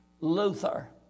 Luther